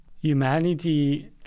humanity